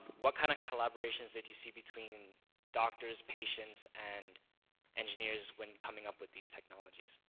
what kind of collaborations did you see between doctors, patients, and engineers when coming up with these technologies?